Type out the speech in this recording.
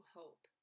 hope